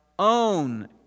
own